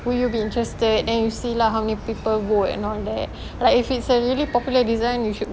will you be interested then you see lah how many people would and all that like if it's a really popular design you should